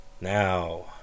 Now